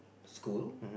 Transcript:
school